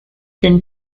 been